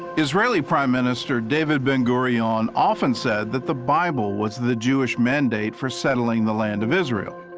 israeli prime minister david ben-gurion often said that the bible was the jewish mandate for settling the land of israel.